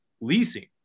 leasing